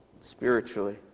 Spiritually